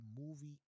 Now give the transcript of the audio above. movie